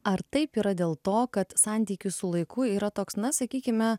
ar taip yra dėl to kad santykių su laiku yra toks na sakykime